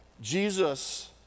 Jesus